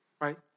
right